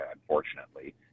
unfortunately